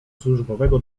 służbowego